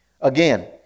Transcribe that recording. again